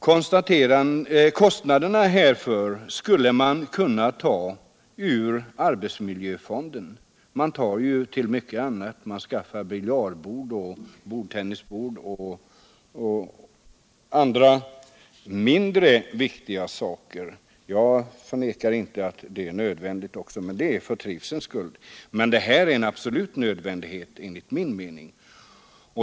Kostnaderna härför skulle kunna betalas med medel ur arbetsmiljöfonden. Man tar ju till mycket annat ur den — man skaffar biljardbord, bordtennisbord och andra mindre viktiga saker. Jag förnekar inte att också det är nödvändigt — för trivselns skull — men de skyddsåtgärder jag har föreslagit är absolut nödvändiga.